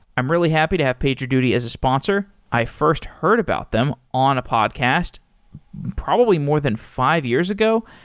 i'm really happy to have pager duty as a sponsor. i first heard about them on a podcast probably more than five years ago.